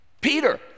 Peter